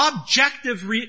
objective